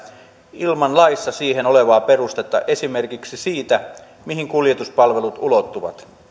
ilman laissa siihen olevaa perustetta esimerkiksi sitä mihin kuljetuspalvelut ulottuvat